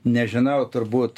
nežinau turbūt